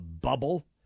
bubble